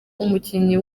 umukinnyi